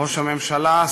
ראש הממשלה,